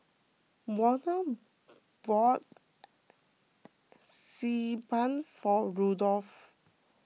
Warner bought Xi Ban for Rudolf